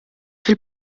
fil